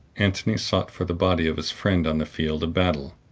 antony sought for the body of his friend on the field of battle,